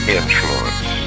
influence